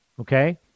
Okay